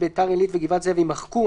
"בית"ר עילית" ו-"גבעת זאב" יימחקו.